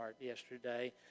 yesterday